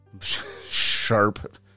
sharp